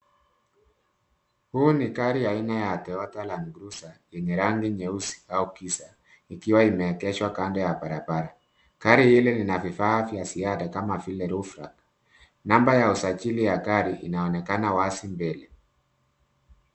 HII ni gari aina ya Toyota Landcruiser yenye rangi nyeusi au giza. Ikiwa imeegeshwa kando ya barabara. Gari hili lina vifaa vya ziada kama vile, rufta. Namba ya usajili ya gari inaonekana wazi mbele.